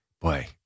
boy